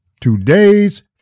today's